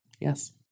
Yes